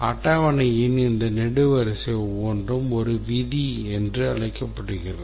அட்டவணையின் இந்த நெடுவரிசை ஒவ்வொன்றும் ஒரு விதி என்று அழைக்கப்படுகிறது